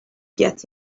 get